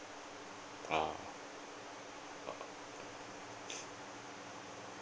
oh